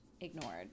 ignored